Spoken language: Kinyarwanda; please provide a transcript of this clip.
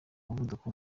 muvuduko